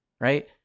right